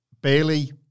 Bailey